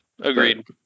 Agreed